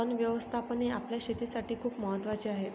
तण व्यवस्थापन हे आपल्या शेतीसाठी खूप महत्वाचे आहे